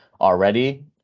already